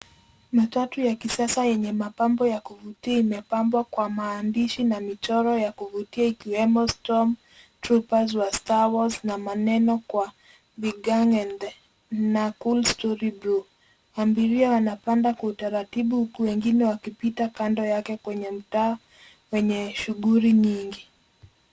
Matatu ya kisasa yenye mapambo ya kuvutia imepambwa kwa maandishi na michoro ya kuvutia ikiwemo Stormtroopers wa star wars na maneno kwa vigang and the na cool story bro . Abiria wanapanda kwa utaratibu huku wengine wakipita kando yake kwenye mtaa wenye shughuli nyingi.